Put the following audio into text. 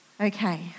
Okay